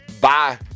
Bye